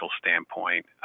standpoint